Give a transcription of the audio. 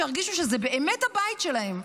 שירגישו שזה באמת הבית שלהם,